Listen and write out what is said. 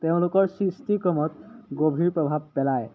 তেওঁলোকৰ সৃষ্টিকৰ্মত গভীৰ প্ৰভাৱ পেলায়